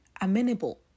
amenable